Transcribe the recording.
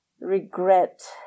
regret